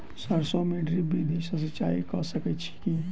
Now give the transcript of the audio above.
सैरसो मे ड्रिप विधि सँ सिंचाई कऽ सकैत छी की?